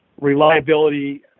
reliability